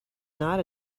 not